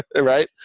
right